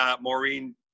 maureen